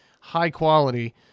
high-quality